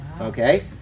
Okay